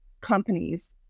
companies